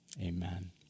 Amen